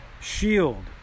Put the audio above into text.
shield